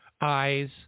eyes